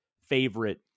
favorite